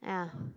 ya